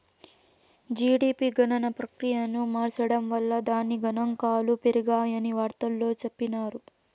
GDP గణన ప్రక్రియను మార్సడం వల్ల దాని గనాంకాలు పెరిగాయని వార్తల్లో చెప్పిన్నారు